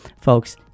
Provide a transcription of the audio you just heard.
Folks